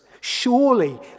Surely